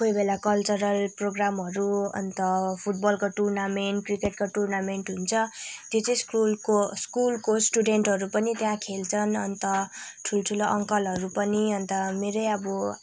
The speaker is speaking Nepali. कोही बेला कल्चरल प्रोग्रामहरू अन्त फुटबलको टुर्नामेन्ट क्रिकेटको टुर्नामेन्ट हुन्छ त्यो चाहिँ स्कुलको स्कुलको स्टुडेन्टहरू पनि त्यहाँ खेल्छन् अन्त ठुलठुलो अङ्कलहरू पनि अन्त मेरै अब